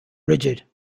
rigid